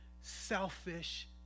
selfish